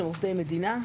שהם עובדי מדינה,